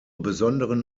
besonderen